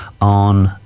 on